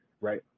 right